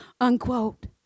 unquote